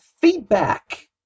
feedback